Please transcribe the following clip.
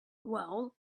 well